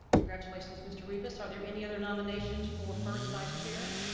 congratulations mr. rivas. are there any other nominations for first vice-chair?